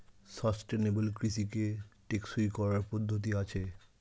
sustainable কৃষিকে টেকসই করার পদ্ধতি আছে